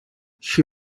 she